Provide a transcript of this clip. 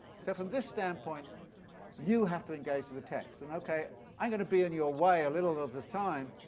so from this standpoint you have to engage with the text. and okay i'm going to be in your way a little of the time,